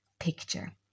picture